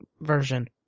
version